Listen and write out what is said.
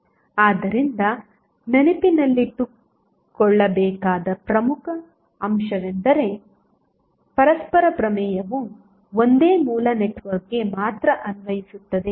ಆದ್ದರಿಂದ ನೆನಪಿನಲ್ಲಿಟ್ಟುಕೊಳ್ಳಬೇಕಾದ ಪ್ರಮುಖ ಅಂಶವೆಂದರೆ ಪರಸ್ಪರ ಪ್ರಮೇಯವು ಒಂದೇ ಮೂಲ ನೆಟ್ವರ್ಕ್ಗೆ ಮಾತ್ರ ಅನ್ವಯಿಸುತ್ತದೆ